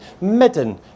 Midden